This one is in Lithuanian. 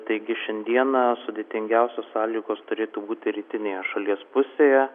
taigi šiandieną sudėtingiausios sąlygos turėtų būti rytinėje šalies pusėje